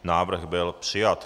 Návrh byl přijat.